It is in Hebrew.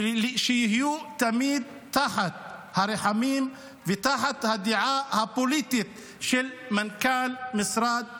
ושיהיו תמיד תחת הרחמים ותחת הדעה הפוליטית של מנכ"ל משרד החינוך.